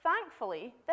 Thankfully